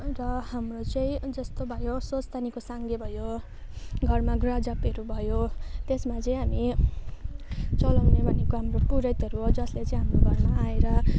र हाम्रो चाहिँ जस्तो भयो स्वस्थानीको साङ्गे भयो घरमा ग्रहजापहरू भयो त्यसमा चाहिँ हामी चलाउने भनेको हाम्रो पुरोहितहरू हो जसलाई चाहिँ हाम्रो घरमा आएर